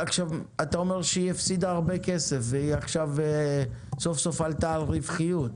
אתה אומר שהיא הפסידה הרבה כסף והיא סוף סוף עלתה על רווחיות.